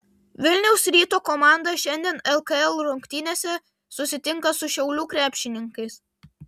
vilniaus ryto komanda šiandien lkl rungtynėse susitinka su šiaulių krepšininkais